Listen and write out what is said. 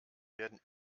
werden